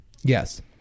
Yes